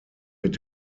mit